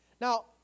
Now